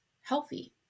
healthy